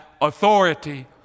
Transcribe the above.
authority